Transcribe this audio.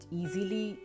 easily